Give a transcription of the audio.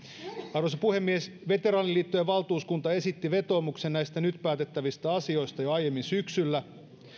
arvoisa puhemies veteraaniliittojen valtuuskunta esitti vetoomuksen näistä nyt päätettävistä asioista jo aiemmin syksyllä